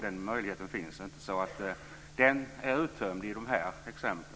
Den möjligheten finns inte. Den är uttömd i de här exemplen.